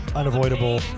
unavoidable